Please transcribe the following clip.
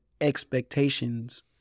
expectations